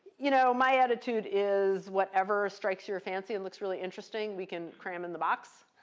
you know my attitude is whatever strikes your fancy and looks really interesting, we can cram in the box.